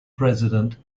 president